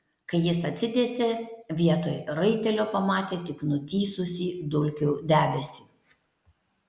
kai jis atsitiesė vietoj raitelio pamatė tik nutįsusį dulkių debesį